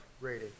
rating